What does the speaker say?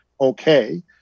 okay